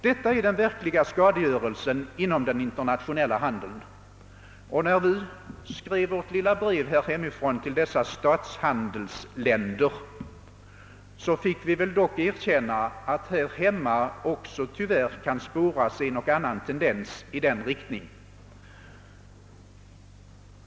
Detta är den verkliga skadegörelsen inom den internationella handeln, och när vi skrev vårt lilla brev till dessa statshandelsländer fick vi dock erkänna att det tyvärr också här hemma kan spåras en och annan tendens i denna riktning.